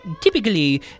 Typically